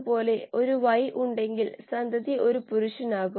പിന്നെ അത് കൂടുന്നു